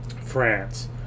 France